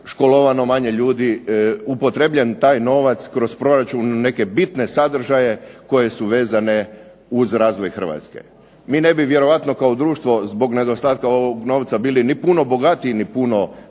školovano manje ljudi, upotrijebljen taj novac kroz proračun neke bitne sadržaje koje su vezane uz razvoj Hrvatske. Mi ne bi vjerojatno kao društvo zbog nedostatka ovog novca bili ni puno bogatiji, ni puno